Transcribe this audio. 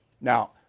Now